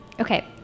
Okay